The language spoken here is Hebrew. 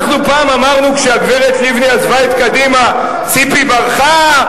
אנחנו פעם אמרנו כשהגברת לבני עזבה את קדימה: ציפי ברחה,